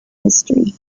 history